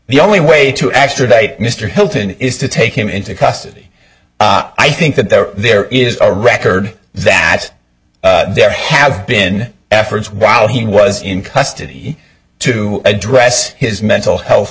the only way to extradite mr hilton is to take him into custody i think that there are there is a record that there have been efforts while he was in custody to address his mental health